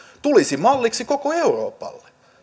tulisi malliksi koko euroopalle